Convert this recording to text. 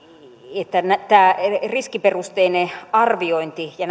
tämä riskiperusteinen arviointi ja